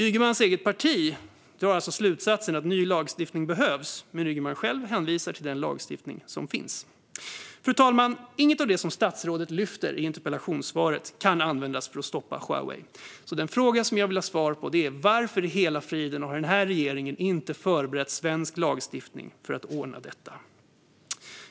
Ygemans eget parti drar alltså slutsatsen att ny lagstiftning behövs, men Ygeman själv hänvisar till den lagstiftning som finns. Fru talman! Inget av det som statsrådet tar upp i interpellationssvaret kan användas för att stoppa Huawei. Den fråga som jag vill ha svar på är därför: Varför i hela friden har den här regeringen inte förberett svensk lagstiftning för att ordna detta?